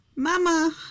Mama